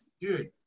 dude